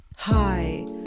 Hi